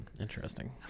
Interesting